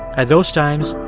at those times,